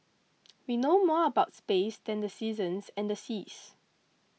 we know more about space than the seasons and the seas